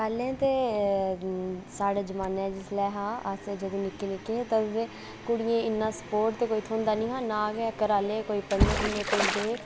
पैह्लें ते साढ़ा जमाना जिसलै हा अस जदूं निक्के निक्के हे तदूं ते कुड़ियें ई इन्ना स्पोर्ट ते कोई थ्होंदा निं हा नां गै घरै आह्ले कोई पढ़ने पुढ़ने ई भेजदे हे